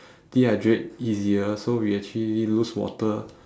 dehydrate easier so we actually lose water